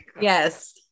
Yes